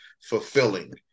fulfilling